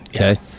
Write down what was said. Okay